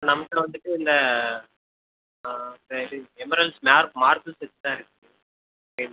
நம்மக்கிட்ட வந்துவிட்டு இந்த அப்புறம் இது எம்பரல்ஸ் மேர்க் மார்பில் தான் இருக்கு